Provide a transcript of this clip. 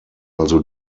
also